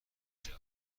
اینجا